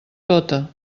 tota